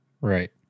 Right